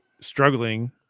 struggling –